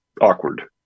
awkward